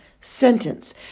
sentence